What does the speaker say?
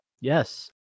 Yes